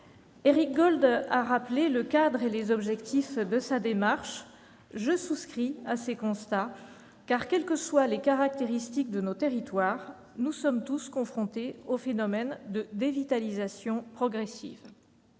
Éric Gold a rappelé le cadre et les objectifs de sa démarche. Je souscris à ses constats, car, quelles que soient les caractéristiques de nos territoires, nous sommes tous confrontés à une dévitalisation progressive.